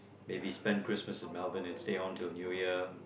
maybe spend Christmas in Melbourne and stay on till a New Year